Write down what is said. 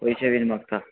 पयशे बीन मागता